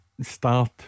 start